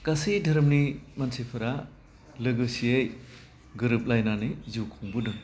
गासै धोरोमनि मानसिफोरा लोगोसेयै गोरोबलायनानै जिउ खुंबोदों